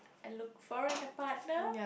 I look for in a partner